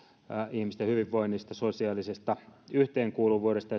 ihmisten hyvinvoinnista sosiaalisesta yhteenkuuluvuudesta